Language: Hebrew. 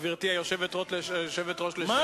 כשרצית להיות יושב-ראש המפלגה,